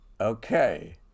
Okay